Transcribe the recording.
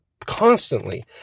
constantly